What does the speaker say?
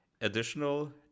additional